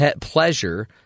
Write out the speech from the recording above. pleasure